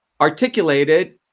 articulated